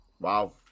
Wow